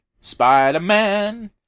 Spider-Man